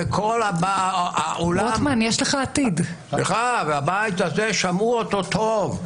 וכל האולם והבית הזה שמעו אותו טוב.